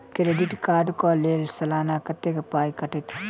Credit card कऽ लेल सलाना कत्तेक पाई कटतै?